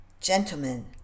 gentlemen